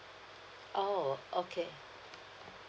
oh okay